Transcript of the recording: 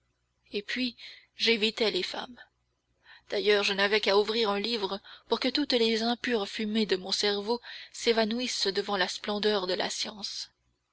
et puis j'évitais les femmes d'ailleurs je n'avais qu'à ouvrir un livre pour que toutes les impures fumées de mon cerveau s'évanouissent devant la splendeur de la science